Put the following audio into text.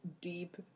deep